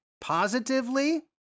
positively